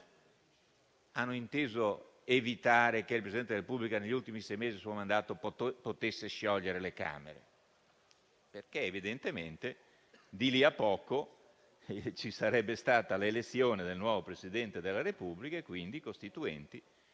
Hanno inteso evitare che il Presidente della Repubblica negli ultimi sei mesi del suo mandato potesse sciogliere le Camere, perché evidentemente, di lì a poco, ci sarebbe stata l'elezione del nuovo Presidente della Repubblica e, quindi, i Costituenti